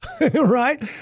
Right